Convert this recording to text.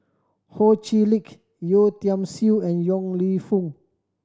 Ho Chee Lick Yeo Tiam Siew and Yong Lew Foong